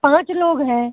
पाँच लोग हैं